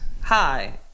Hi